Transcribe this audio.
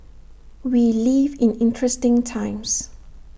we live in interesting times